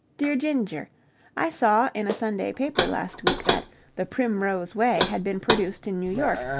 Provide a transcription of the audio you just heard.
dear ginger i saw in a sunday paper last week that the primrose way had been produced in new york,